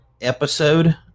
episode